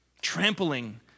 trampling